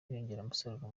inyongeramusaruro